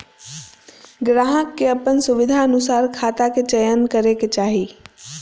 ग्राहक के अपन सुविधानुसार खाता के चयन करे के चाही